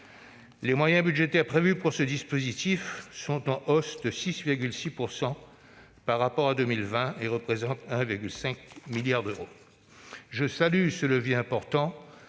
Les moyens budgétaires prévus pour ce dispositif, en hausse de 6,6 % par rapport à 2020, représentent 1,5 milliard d'euros. Je salue ce levier important